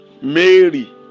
Mary